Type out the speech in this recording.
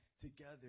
together